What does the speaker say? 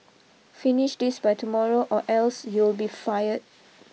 finish this by tomorrow or else you'll be fired